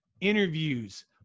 interviews